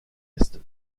est